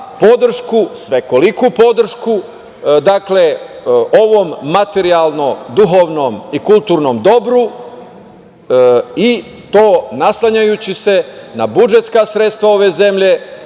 svekoliku podršku, ovom materijalnom, duhovnom i kulturnom dobru, i to naslanjajući se na budžetska sredstva ove zemlje,